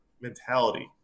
mentality